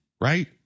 right